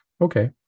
Okay